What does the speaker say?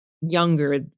younger